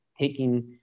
taking